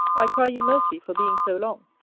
i cry you mercy for being so long,